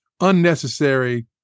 unnecessary